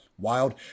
wild